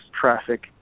traffic